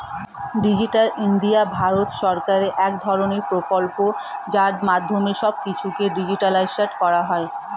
digital India Bharat সরকারের এক ধরণের প্রকল্প যার মাধ্যমে সব কিছুকে ডিজিটালাইসড করা হয়